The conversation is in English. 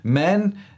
Men